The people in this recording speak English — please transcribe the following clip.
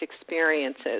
experiences